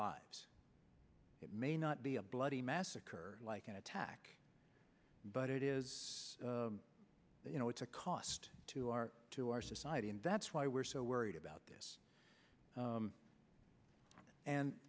lives it may not be a bloody massacre like an attack but it is you know it's a cost to our to our society and that's why we're so worried about this